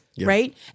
right